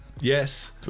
Yes